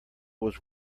was